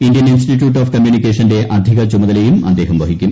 Indian institute of കുമ്പ്യൂണിക്കേഷന്റെ അധികചുമതലയും അദ്ദേഹം വഹിക്കും